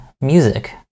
music